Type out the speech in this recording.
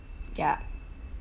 ya